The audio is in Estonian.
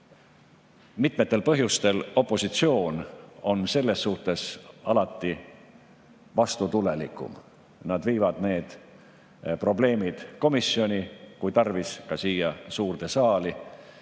Mitmetel põhjustel on opositsioon selles suhtes alati vastutulelikum, nad viivad need probleemid komisjoni ja kui tarvis, [toovad] ka siia suurde saali.